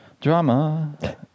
Drama